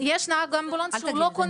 יש נהג אמבולנס שהוא לא כונן?